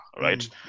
right